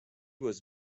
was